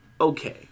Okay